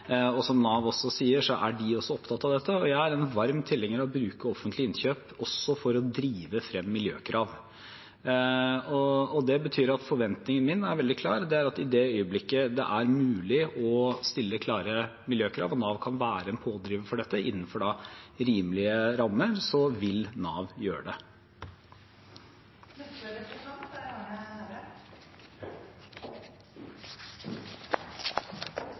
og som Nav sier, er de også opptatt av dette. Jeg er en varm tilhenger av å bruke offentlige innkjøp også for å drive frem miljøkrav. Det betyr at forventningen min er veldig klar. Den er at i det øyeblikket det er mulig å stille klare miljøkrav, og Nav kan være en pådriver for dette innenfor rimelige rammer, vil Nav